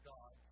God